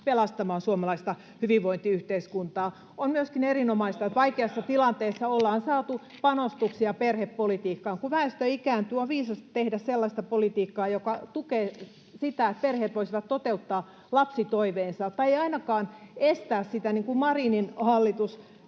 pelastamaan suomalaista hyvinvointiyhteiskuntaa. On myöskin erinomaista, että vaikeassa tilanteessa ollaan saatu panostuksia perhepolitiikkaan. Kun väestö ikääntyy, on viisasta tehdä sellaista politiikkaa, joka tukee sitä, että perheet voisivat toteuttaa lapsitoiveensa, tai ei ainakaan estää sitä, niin kuin Marinin hallitus